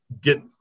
get